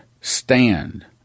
stand